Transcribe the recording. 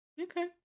Okay